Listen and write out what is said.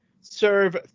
serve